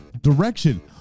direction